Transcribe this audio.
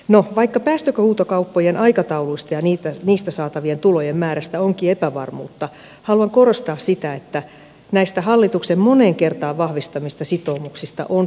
no vaikka päästöhuutokauppojen aikatauluista ja niistä saatavien tulojen määrästä onkin epävarmuutta haluan korostaa sitä että näistä hallituksen moneen kertaan vahvistamista sitoumuksista on pidettävä kiinni